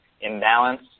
imbalance